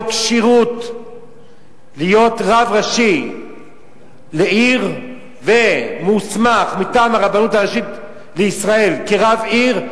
כשירות להיות רב ראשי לעיר ומוסמך מטעם הרבנות הראשית לישראל כרב עיר,